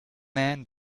man